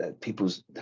people's